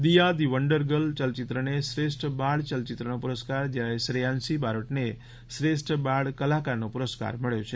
Dia the wonder girl યલચિત્રને શ્રેષ્ઠ બાળ યલચિત્રનો પુરસ્કાર જ્યારે શ્રેયાંશી બારોટને શ્રેષ્ઠ બાળ કલાકારનો પુરસ્કાર મળ્યો છે